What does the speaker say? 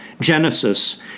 Genesis